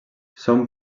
són